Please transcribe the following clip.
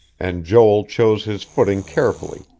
and joel chose his footing carefully,